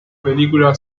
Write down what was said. película